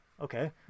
okay